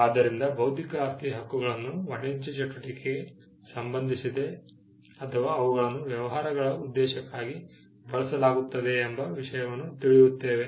ಆದ್ದರಿಂದ ಬೌದ್ಧಿಕ ಆಸ್ತಿಯ ಹಕ್ಕುಗಳನ್ನು ವಾಣಿಜ್ಯ ಚಟುವಟಿಕೆಗೆ ಸಂಬಂಧಿಸಿದೆ ಅಥವಾ ಅವುಗಳನ್ನು ವ್ಯವಹಾರಗಳ ಉದ್ದೇಶಕ್ಕಾಗಿ ಬಳಸಲಾಗುತ್ತದೆ ಎಂಬ ವಿಷಯವನ್ನು ತಿಳಿಯುತ್ತೇವೆ